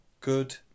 Good